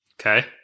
Okay